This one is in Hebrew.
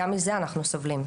גם מזה אנחנו סובלים,